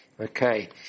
Okay